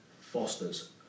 Fosters